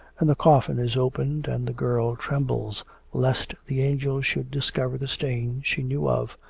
and the coffin is opened and the girl trembles lest the angels should discover the stain she knew of.